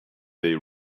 they